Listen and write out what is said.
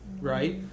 Right